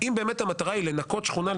אם באמת המטרה היא לנקות שכונה,